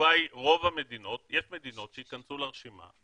התשובה היא שיש מדינות שייכנסו לרשימה.